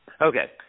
Okay